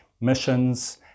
missions